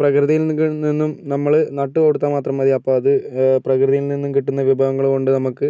പ്രകൃതിയിൽ നിന്നും നമ്മള് നട്ട് കൊടുത്താൽ മാത്രം മതി അപ്പം അത് പ്രകൃതിയിൽ നിന്നും കിട്ടുന്ന വിഭവങ്ങള് കൊണ്ട് നമുക്ക്